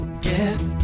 Get